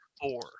four